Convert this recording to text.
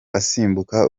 asimbuka